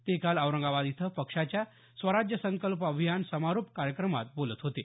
ते काल औरंगाबाद इथं पक्षाच्या स्वराज्य संकल्प अभियान समारोप कार्यक्रमात बोलत होते